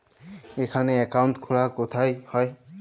এখানে অ্যাকাউন্ট খোলা কোথায় হয়?